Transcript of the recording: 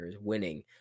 winning